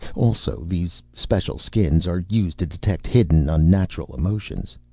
also, these special skins are used to detect hidden unnatural emotions.